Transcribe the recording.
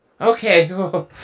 Okay